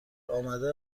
آماده